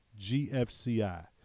GFCI